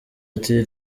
ati